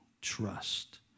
trust